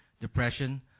depression